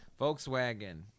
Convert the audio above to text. Volkswagen